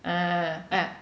ah ah